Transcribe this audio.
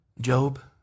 Job